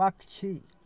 पक्षी